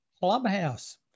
clubhouse